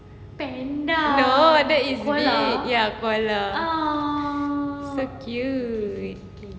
no that is big ya koala so cute